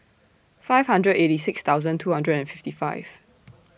five hundred eighty six thousand two hundred and fifty five